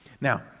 Now